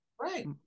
right